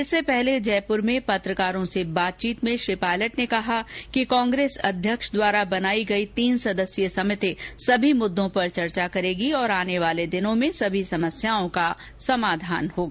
इससे पहले जयपूर में पत्रकारों से बातचीत में श्री पायलट ने कहा कि कांग्रेस अध्यक्ष द्वारा बनायी गयी तीन सदस्यीय समिति सभी मुद्दों पर चर्चा करेगी और आने वाले दिनों में सभी समस्याओं का समाधान होगा